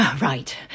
Right